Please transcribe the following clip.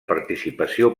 participació